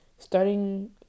Starting